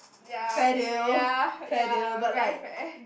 ya okay ya ya very fair